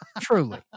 Truly